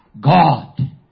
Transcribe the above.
God